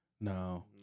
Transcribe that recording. No